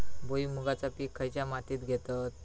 भुईमुगाचा पीक खयच्या मातीत घेतत?